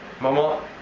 Mama